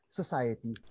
society